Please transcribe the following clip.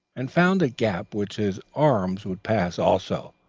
and found a gap which his arms would pass also.